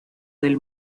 del